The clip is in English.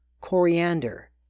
coriander